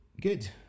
Good